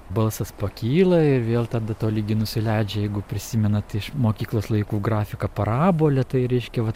balsas pakyla ir vėl tada tolygiai nusileidžia jeigu prisimenat iš mokyklos laikų grafiką parabolė tai reiškia vat